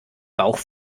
bauch